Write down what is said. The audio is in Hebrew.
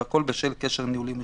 והכול בשל כשל ניהולי ומחשוב".